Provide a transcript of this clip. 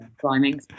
Climbing